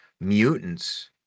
mutants